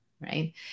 right